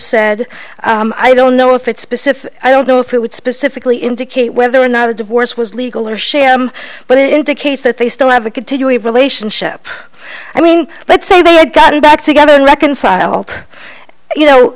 said i don't know if it's specific i don't know if it would specifically indicate whether or not a divorce was legal or share but it indicates that they still have a continuing relationship i mean let's say they had gotten back together reconciled you know